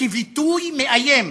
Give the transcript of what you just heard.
כביטוי מאיים